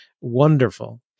wonderful